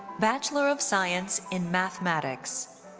bachelor of science in mathematics.